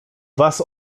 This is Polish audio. was